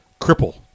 cripple